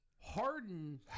Harden